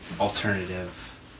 alternative